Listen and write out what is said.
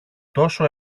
τόσο